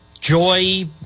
Joy